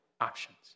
options